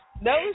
No